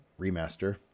remaster